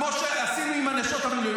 כמו שעשינו עם נשות המילואים,